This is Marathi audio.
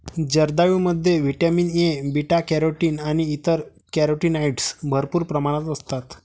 जर्दाळूमध्ये व्हिटॅमिन ए, बीटा कॅरोटीन आणि इतर कॅरोटीनॉइड्स भरपूर प्रमाणात असतात